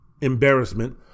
embarrassment